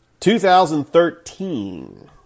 2013